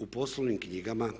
U poslovnim knjigama